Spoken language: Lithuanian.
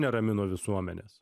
neramino visuomenes